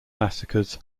massacres